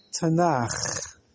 Tanakh